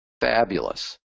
fabulous